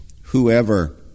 whoever